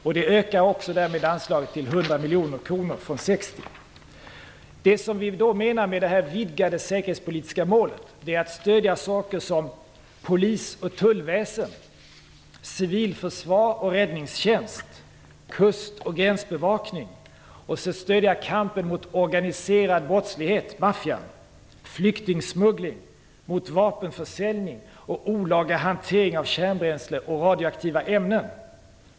I samband därmed ökar vi anslaget från 60 till 100 Med det vidgade säkerhetspolitiska målet menar vi att stödja saker som polis och tullväsen, civilförsvar och räddningstjänst, kust och gränsbevakning, liksom kampen mot organiserad brottslighet, maffian, flyktningsmuggling, vapenförsäljning, olaga hantering av kärnbränsle och radioaktiva ämnen.